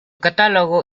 catálogo